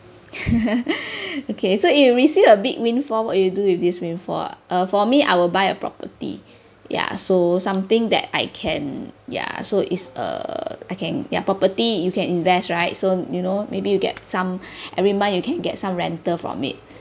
okay so if received a big windfall what you do with this windfall uh for me I will buy a property ya so something that I can ya so it's a I can ya property you can invest right so you know maybe you get some every month you can get some rental from it